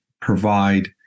provide